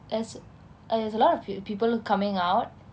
that's there's a lot of people coming out